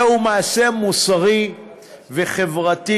זהו מעשה מוסרי וחברתי,